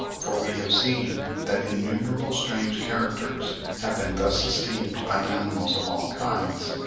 for we have seen that innumerable strange characters have been thus esteemed by animals of all kinds,